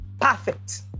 perfect